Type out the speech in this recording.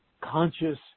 conscious